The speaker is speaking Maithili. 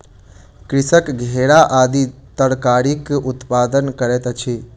कृषक घेरा आदि तरकारीक उत्पादन करैत अछि